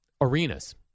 arenas